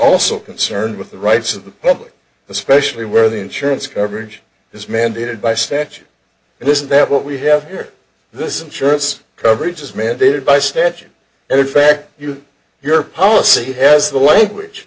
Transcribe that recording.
also concerned with the rights of the public especially where the insurance coverage is mandated by statute and this is that what we have here this insurance coverage is mandated by statute and in fact you know your policy has the language